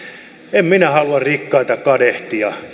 en minä halua rikkaita kadehtia